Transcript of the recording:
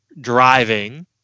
driving